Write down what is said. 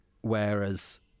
whereas